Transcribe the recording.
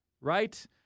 Right